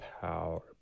power